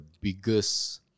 biggest